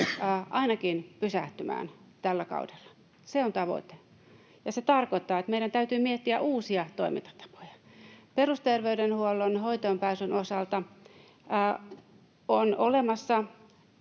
ainakin pysähtymään tällä kaudella. Se on tavoite, ja se tarkoittaa, että meidän täytyy miettiä uusia toimintatapoja. Perusterveydenhuollon hoitoonpääsyn osalta on olemassa